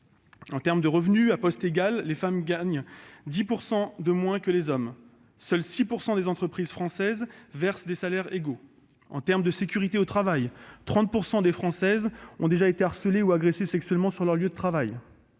s'agisse des revenus- à poste égal, les femmes gagnent 10 % de moins que les hommes et seules 6 % des entreprises françaises versent des salaires égaux -, de la sécurité au travail- 30 % des Françaises ont déjà été harcelées ou agressées sexuellement sur leur lieu de travail-,